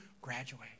graduate